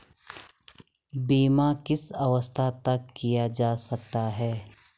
बीमा किस अवस्था तक किया जा सकता है?